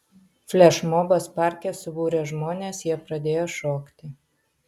flešmobas parke subūrė žmones jie pradėjo šokti